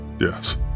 yes